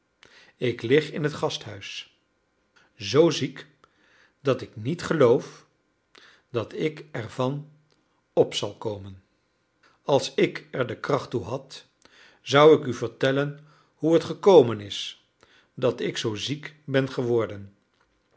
ik lig in het gasthuis zoo ziek dat ik niet geloof dat ik er van op zal komen als ik er de kracht toe had zou ik u vertellen hoe het gekomen is dat ik zoo ziek ben geworden